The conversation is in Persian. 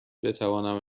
بتوانم